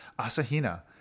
Asahina